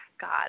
God